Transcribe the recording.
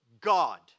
God